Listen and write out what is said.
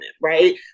right